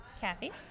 Kathy